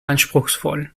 anspruchsvoll